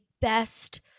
best